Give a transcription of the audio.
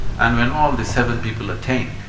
and when all these seven people attained,